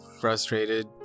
frustrated